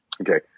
okay